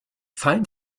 fein